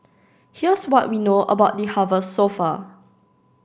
here's what we know about the harvest so far